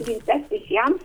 ryte tik jam